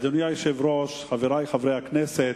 אדוני היושב-ראש, חברי חברי הכנסת,